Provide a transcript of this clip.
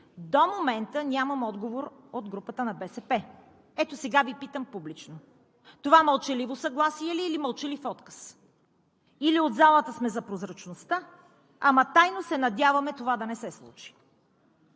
До момента нямам отговор от групата на БСП. Ето сега Ви питам публично: това мълчаливо съгласие ли е, или мълчалив отказ? Или от залата сме за прозрачността, ама тайно се надяваме това да не се случи?!